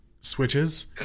switches